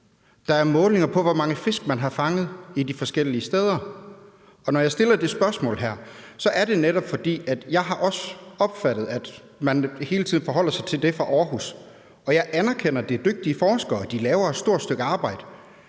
der er målinger på, hvor mange fisk man har fanget de forskellige steder. Når jeg stiller det spørgsmål her, er det netop, fordi jeg også har opfattet, at man hele tiden forholder sig til det fra Aarhus, og jeg anerkender, at det er dygtige forskere; de laver et stort stykke arbejde.